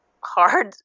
hard